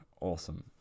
awesome